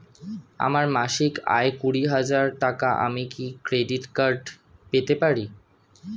আমার মাসিক আয় কুড়ি হাজার টাকা আমি কি ক্রেডিট কার্ড পেতে পারি?